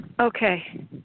Okay